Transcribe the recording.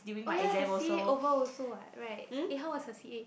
oh ya the C_A over also what right eh how was your C_A